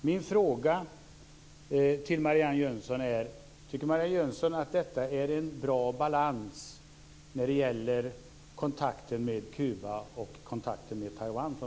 Min fråga till Marianne Jönsson är: Tycker Marianne Jönsson att det på svenskt håll är en bra balans mellan kontakterna med Kuba och kontakterna med Taiwan?